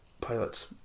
pilots